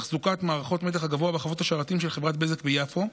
לתחזוקת מערכות מתח הגבוה בחוות השרתים של חברת בזק ביפו,